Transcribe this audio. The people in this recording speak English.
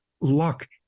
luck